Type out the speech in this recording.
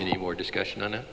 any more discussion on it